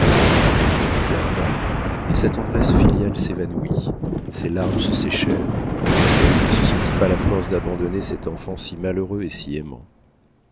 elle le regarda et sa tendresse filiale s'évanouit ses larmes se séchèrent elle ne se sentit pas la force d'abandonner cet enfant si malheureux et si